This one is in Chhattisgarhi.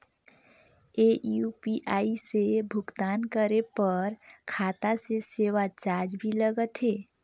ये यू.पी.आई से भुगतान करे पर खाता से सेवा चार्ज भी लगथे?